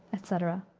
etc.